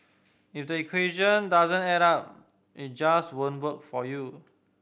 if the equation doesn't add up it just won't work for you